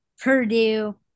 Purdue